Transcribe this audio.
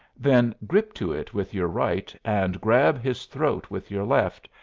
then grip to it with your right and grab his throat with your left,